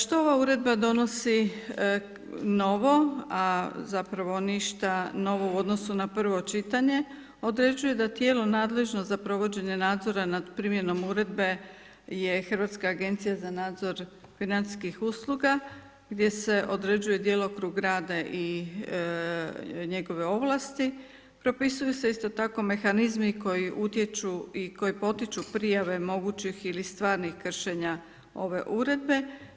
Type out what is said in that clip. Što ova uredba donosi novo, a zapravo ništa novo u odnosu na prvo čitanje, određuje da tijelo nadležno za provođenje nadzora nad primjenom uredbe je Hrvatska agencija za nadzor financijskih usluga, gdje se određuje djelokrug rada i njegove ovlasti, propisuju se isto tako mehanizmi koji utječu i koji potiču prijave mogućih ili stvarnih kršenja ove uredbe.